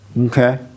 Okay